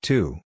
Two